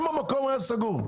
אם המקום היה סגור,